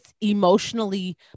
emotionally